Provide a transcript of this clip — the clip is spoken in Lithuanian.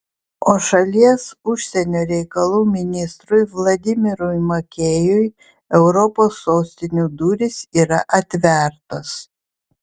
o šalies užsienio reikalų ministrui vladimirui makėjui europos sostinių durys yra atvertos